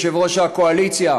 יושב-ראש הקואליציה